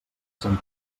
sant